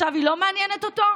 עכשיו היא לא מעניינת אותו?